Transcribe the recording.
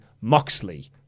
Moxley